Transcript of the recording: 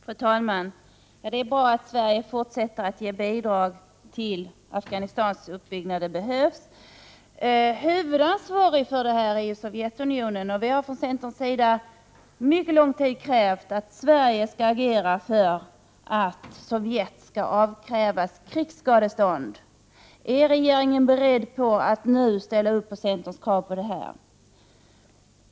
Fru talman! Det är bra att Sverige fortsätter att ge bidrag till Afghanistans uppbyggnad. Det behövs. Sovjetunionen bär ju huvudansvaret för situationen. Under mycket lång tid har vi från centerns sida krävt att Sverige skall agera för att Sovjet skall avkrävas krigsskadestånd. Är regeringen nu beredd att ställa upp på detta centerkrav?